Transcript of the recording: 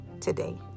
today